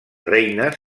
reines